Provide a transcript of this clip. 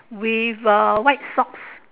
with a white socks